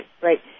Right